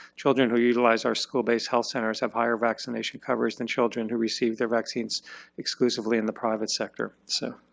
children who utilize our school-based health centers have higher vaccination coverage that children who receive their vaccines exclusively in the private sector. so